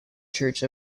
church